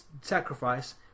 sacrifice